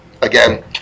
Again